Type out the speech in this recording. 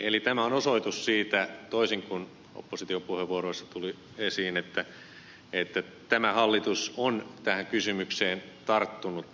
eli tämä on osoitus siitä toisin kuin oppositiopuheenvuoroissa tuli esiin että tämä hallitus on tähän kysymykseen tarttunut ripeästi